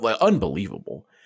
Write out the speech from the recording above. Unbelievable